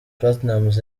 platnumz